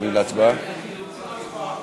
עוברים להצבעה?